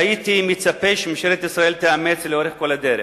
שהייתי מצפה שממשלת ישראל תאמץ לאורך כל הדרך.